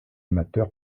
amateur